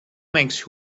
makes